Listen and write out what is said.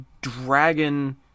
dragon